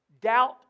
doubt